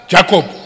Jacob